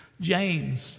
James